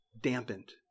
dampened